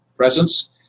Presence